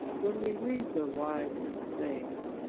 when we read the lives of the saints,